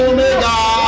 Omega